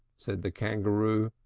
said the kangaroo.